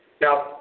Now